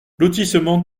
lotissement